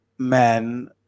Men